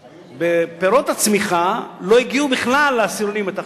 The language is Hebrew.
שפירות הצמיחה לא הגיעו בכלל לעשירונים התחתונים.